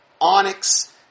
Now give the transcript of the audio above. onyx